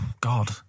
God